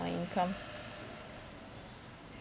my income